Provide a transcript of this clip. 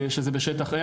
שזה בשטח A,